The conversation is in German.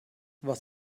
was